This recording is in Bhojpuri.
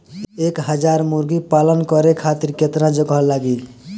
एक हज़ार मुर्गी पालन करे खातिर केतना जगह लागी?